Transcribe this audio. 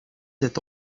sept